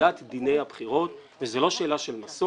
לשאלת דיני הבחירות וזו לא שאלה של מסורת,